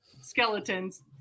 skeletons